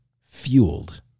fueled